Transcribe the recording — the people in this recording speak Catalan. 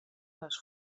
les